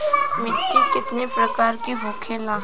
मिट्टी कितने प्रकार के होखेला?